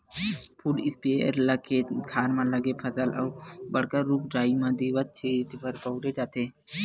foot sprayer ल खेत खार म लगे फसल अउ बड़का रूख राई म दवई छिते बर बउरे जाथे